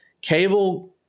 cable